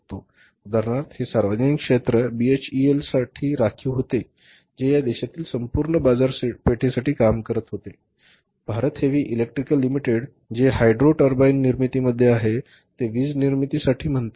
उदाहरणार्थ हे सार्वजनिक क्षेत्र बीएचईएलसाठी राखीव होते जे या देशातील संपूर्ण बाजारपेठेसाठी काम करीत होते भारत हेवी इलेक्ट्रिकल लिमिटेड जे हायड्रो टर्बाइन्सच्या निर्मितीमध्ये आहे ते वीज निर्मितीसाठी म्हणतात